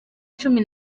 cumi